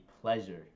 pleasure